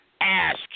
ask